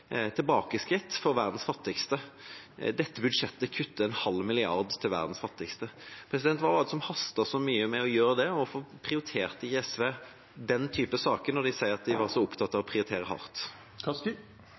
tilbakeskritt for verdens fattigste. Dette budsjettet kutter en halv milliard kroner til verdens fattigste. Hva var det som hastet så mye med å gjøre det, og hvorfor prioriterte ikke SV den typen saker når de sier at de var så opptatt av å